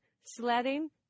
sledding